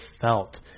felt